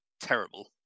terrible